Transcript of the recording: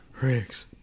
riggs